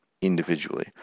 individually